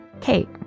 Kate